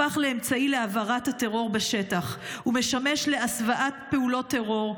הפך לאמצעי להעברת הטרור בשטח ומשמש להסוואת פעולות טרור,